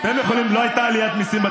תמשיכו להעלות מיסים,